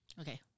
Okay